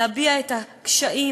להביע את הקשיים,